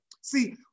See